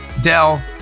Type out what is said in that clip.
Dell